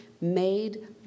made